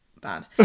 bad